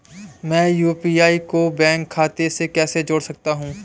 मैं यू.पी.आई को बैंक खाते से कैसे जोड़ सकता हूँ?